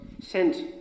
sent